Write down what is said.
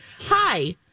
Hi